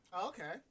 Okay